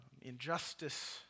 injustice